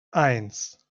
eins